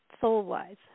soul-wise